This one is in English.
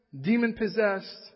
demon-possessed